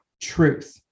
truth